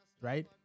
Right